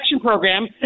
program